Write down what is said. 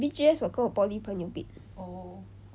B_G_S 我跟我 poly 朋友 bid